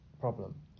problem